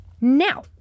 Now